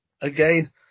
again